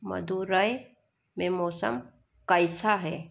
मदुरई में मौसम कैसा है